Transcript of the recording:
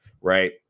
right